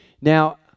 Now